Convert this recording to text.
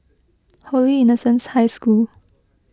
Holy Innocents' High School